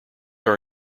are